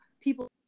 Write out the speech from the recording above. people